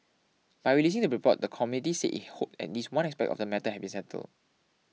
by releasing the report the committee said it hoped at least one aspect of the matter had been settle